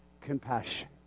compassion